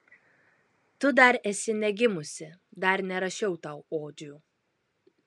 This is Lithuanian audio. tu dar esi negimusi dar nerašiau tau odžių